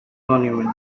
monument